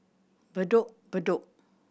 Bedok Bedok